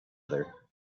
other